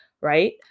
right